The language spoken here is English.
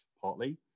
partly